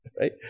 Right